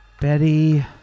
Betty